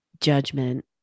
judgment